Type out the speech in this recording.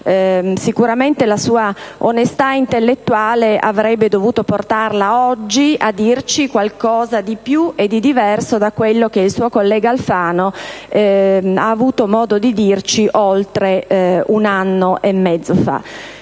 sicuramente la sua onestà intellettuale avrebbe dovuto portarla oggi a dirci qualcosa di più e di diverso da quanto il suo collega Alfano ha avuto modo di dirci oltre un anno e mezzo fa.